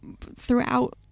throughout